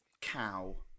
cow